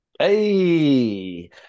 Hey